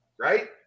right